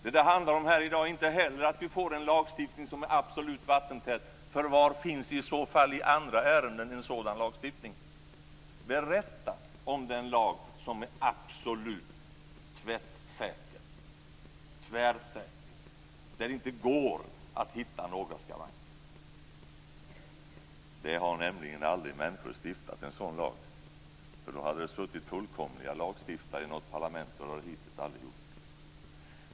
Vad det handlar om här i dag är inte heller att vi får en lagstiftning som är absolut vattentät, för var finns i så fall i andra ärenden en sådan lagstiftning? Berätta om den lag som är absolut tvättsäker, tvärsäker, där det inte går att hitta några skavanker. Människor har nämligen aldrig stiftat en sådan lag. Då hade det suttit fullkomliga lagstiftare i något parlament, och det har det hittills aldrig gjort.